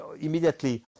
immediately